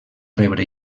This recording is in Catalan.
rebre